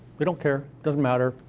they don't care, doesn't matter,